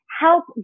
help